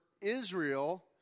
Israel